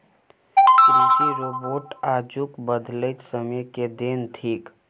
कृषि रोबोट आजुक बदलैत समय के देन थीक